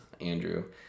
Andrew